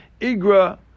Igra